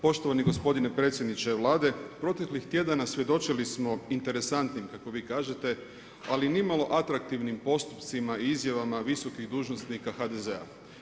Poštovani gospodine predsjedniče Vlade, proteklih tjedana svjedočili smo interesantnim kako vi kažete, ali nimalo atraktivnim postupcima i izjavama visokih dužnosnika HDZ-a.